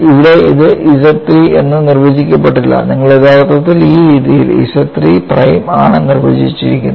ഇവിടെ ഇത് ZIII എന്ന് നിർവചിക്കപ്പെട്ടിട്ടില്ല നിങ്ങൾ യഥാർത്ഥത്തിൽ ഈ രീതിയിൽ ZIII പ്രൈം ആണ് നിർവചിച്ചിരിക്കുന്നത്